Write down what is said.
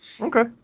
Okay